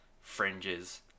fringes